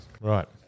Right